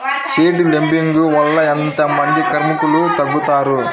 Seed లేంబింగ్ వల్ల ఎంత మంది కార్మికులు తగ్గుతారు?